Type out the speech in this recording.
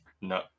No